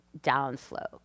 downslope